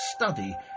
study